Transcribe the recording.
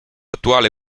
attuale